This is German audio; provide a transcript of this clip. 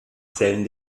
zellen